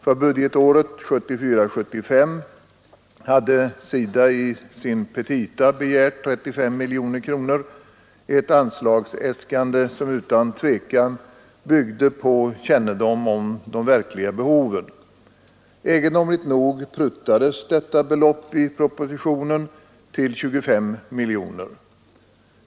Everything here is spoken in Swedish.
För budgetåret 1974/75 hade SIDA i sina petita begärt 35 miljoner kronor, ett anslagsäskande som utan tvekan tydde på kännedom om de verkliga behoven. Egendomligt nog prutades detta belopp i propositionen till 25 miljoner kronor.